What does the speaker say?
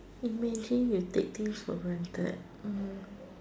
imagine you take things for granted um